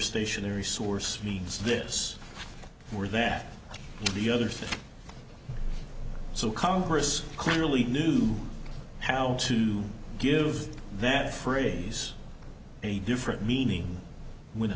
stationary source means this or that the other thing so congress clearly knew how to give that phrase a different meaning when